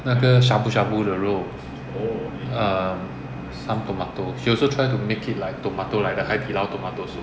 那个 shabu shabu 的肉 some tomato she also try to make it like tomato like the hai di lao tomato soup